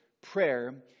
prayer